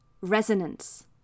resonance